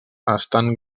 estan